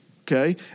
okay